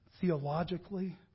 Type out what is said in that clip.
theologically